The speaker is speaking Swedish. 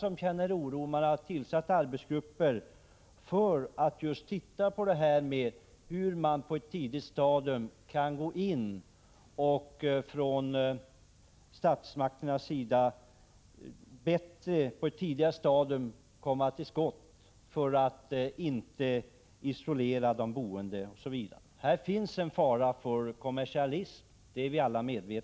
Många känner en oro, och det har tillsatts arbetsgrupper för att just se efter om det är möjligt för statsmakterna att gå in på ett tidigare stadium, för att de boende inte skall isoleras, osv. Alla är medvetna om att det här finns en fara för kommersialism.